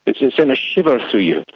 it sent sent a shiver through you.